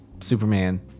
Superman